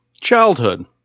Childhood